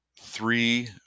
three